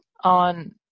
on